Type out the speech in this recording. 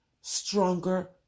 Stronger